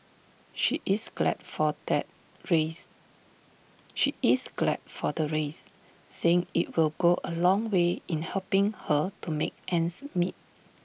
she is glad for the raise she is glad for the raise saying IT will go A long way in helping her to make ends meet